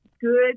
good